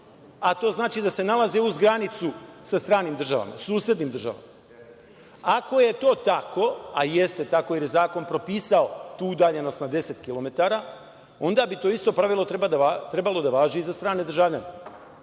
a to znači da se nalaze uz granicu sa stranim državama, susednim državama. Ako je to tako, a jeste tako jer je zakon propisao tu udaljenost na deset kilometara, onda bi to isto pravilo trebalo da važi i za strane državljane. Šta